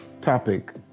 topic